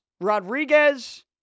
Rodriguez